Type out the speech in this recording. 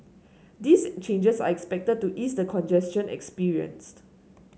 these changes are expected to ease the congestion experienced